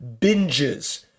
binges